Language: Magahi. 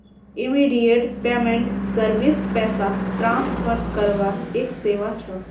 इमीडियेट पेमेंट सर्विस पैसा ट्रांसफर करवार एक सेवा छ